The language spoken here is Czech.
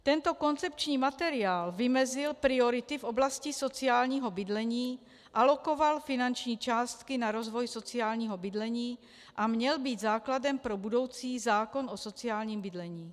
Tento koncepční materiál vymezil priority v oblasti sociálního bydlení, alokoval finanční částky na rozvoj sociálního bydlení a měl být základem pro budoucí zákon o sociálním bydlení.